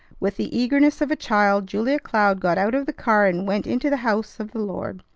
with the eagerness of a child julia cloud got out of the car and went into the house of the lord.